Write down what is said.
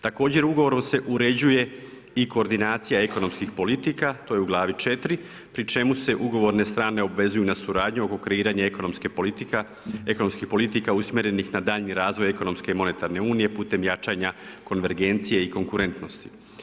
Također Ugovorom se uređuje i koordinacija ekonomskih politika, to je u glavi 4. pri čemu se ugovorne strane obvezuju na suradnju oko kreiranja ekonomskih politika usmjerenih na daljnji razvoj ekonomske i monetarne unije putem jačanja konvergencije i konkurentnosti.